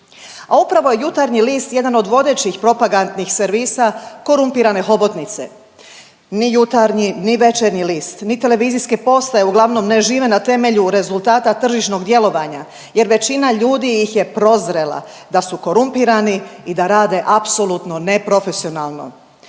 A upravo je „Jutarnji list“ jedan od vodećih propagandnih servisa korumpirane hobotnice. Ni „Jutarnji“, ni „Večernji list“, ni televizijske postaje uglavnom ne žive na temelju rezultata tržišnog djelovanja jer većina ljudi ih je prozrela da su korumpirani i da rade apsolutno neprofesionalno,